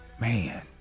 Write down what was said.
Man